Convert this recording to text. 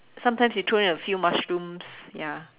sometimes you throw in a few mushrooms ya